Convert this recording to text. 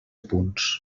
punts